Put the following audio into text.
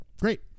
Great